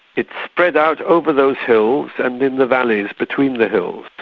it's spread out over those hills and in the valleys between the hills.